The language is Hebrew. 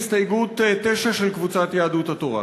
9 של קבוצת יהדות התורה.